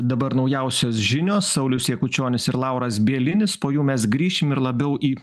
dabar naujausios žinios saulius jakučionis ir lauras bielinis po jų mes grįšim ir labiau į